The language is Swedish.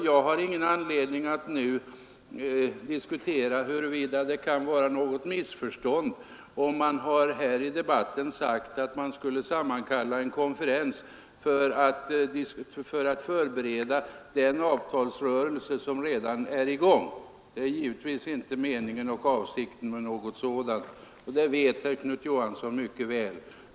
Jag har ingen anledning att nu diskutera huruvida det kan vara något missförstånd, om det här i debatten har sagts att man skulle sammankalla en konferens för att förbereda den avtalsrörelse som redan är i gång. Detta är givetvis inte meningen och avsikten, och det vet herr Knut Johansson mycket väl.